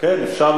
שאני משיב.